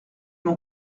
mon